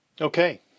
Okay